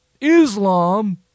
Islam